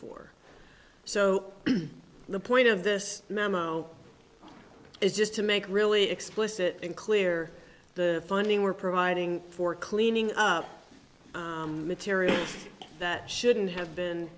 for so the point of this memo is just to make really explicit and clear the funding we're providing for cleaning up material that shouldn't have been